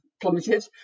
plummeted